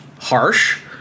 harsh